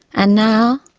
and now,